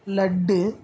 laddu